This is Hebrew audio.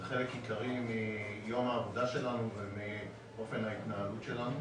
זה חלק עיקרי מיום העבודה שלנו ומאופן ההתנהלות שלנו.